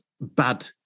bad